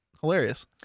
hilarious